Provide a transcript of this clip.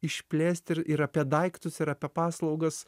išplėsti ir ir apie daiktus ir apie paslaugas